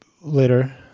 later